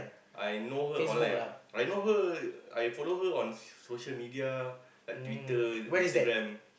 I know her online ah I know her I follow her on s~ social media like Twitter Instagram